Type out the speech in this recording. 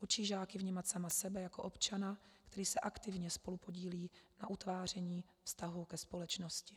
Učí žáky vnímat sama sebe jako občana, který se aktivně spolupodílí na utváření vztahů ke společnosti.